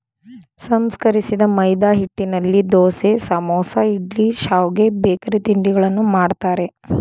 ಸಂಸ್ಕರಿಸಿದ ಮೈದಾಹಿಟ್ಟಿನಲ್ಲಿ ದೋಸೆ, ಸಮೋಸ, ಇಡ್ಲಿ, ಶಾವ್ಗೆ, ಬೇಕರಿ ತಿಂಡಿಗಳನ್ನು ಮಾಡ್ತರೆ